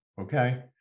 okay